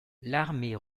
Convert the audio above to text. l’armée